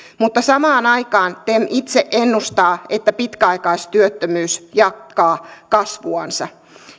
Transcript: samaan aikaan tem itse ennustaa että pitkäaikaistyöttömyys jatkaa kasvuansa